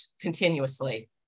continuously